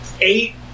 eight